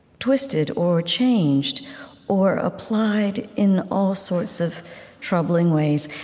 twisted or changed or applied in all sorts of troubling ways.